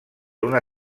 una